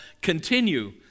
continue